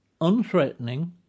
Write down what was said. unthreatening